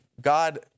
God